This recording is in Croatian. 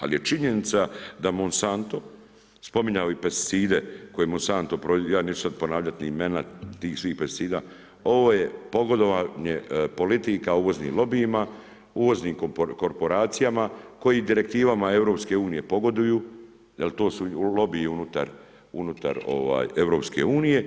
Ali je činjenica da Monsanto spominjao je pesticide koje Monsanto, ja neću sada ponavljati ni imena tih svih pesticida, ovo je pogodovanje politika uvoznim lobijima, uvoznim korporacijama koji direktivama EU pogoduju jel to su lobiji unutar EU.